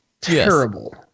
terrible